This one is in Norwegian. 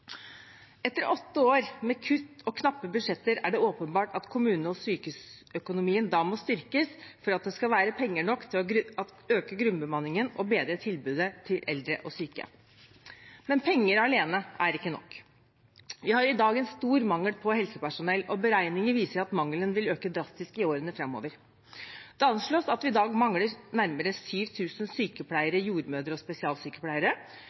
Etter åtte år med kutt og knappe budsjetter er det åpenbart at kommune- og sykehusøkonomien da må styrkes for at det skal være penger nok til å øke grunnbemanningen og bedre tilbudet til eldre og syke. Men penger alene er ikke nok. Vi har i dag en stor mangel på helsepersonell, og beregninger viser at mangelen vil øke drastisk i årene framover. Det anslås at vi i dag mangler nærmere 7 000 sykepleiere, jordmødre og spesialsykepleiere,